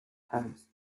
hubs